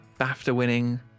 BAFTA-winning